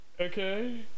Okay